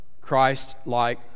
Christ-like